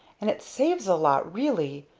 and it saves a lot, really.